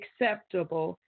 acceptable